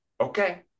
okay